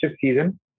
season